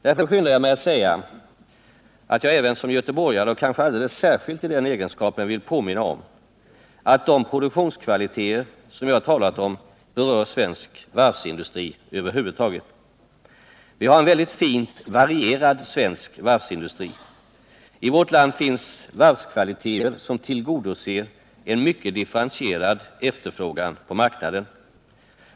Därför skyndar jag mig att säga att jag även som göteborgare och kanske alldeles särskilt i den egenskapen vill påminna om att de produktionskvaliteter som jag talat om berör svensk varvsindustri över huvud taget. Vi har en väldigt fint varierad svensk varvsindustri. I vårt land finns varvskvaliteter som tillgodoser en mycket differentierad efterfrågan på marknaden.